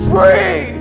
Free